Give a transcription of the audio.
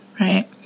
right